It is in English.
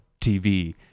TV